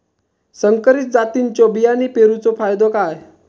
संकरित जातींच्यो बियाणी पेरूचो फायदो काय?